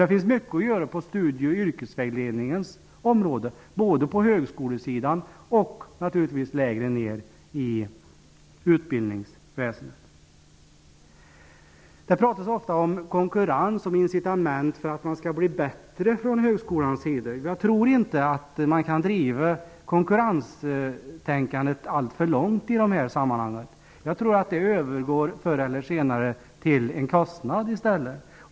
Det finns mycket att göra på studie och yrkesvägledningens område, både på högskolesidan och naturligtvis lägre ned i utbildningsväsendet. Det pratas ofta om konkurrens, om incitament för att man skall bli bättre från högskolans sida. Jag tror inte att man kan driva konkurrenstänkandet alltför långt i de här sammanhangen. Jag tror att det förr eller senare övergår till en kostnad.